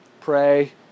pray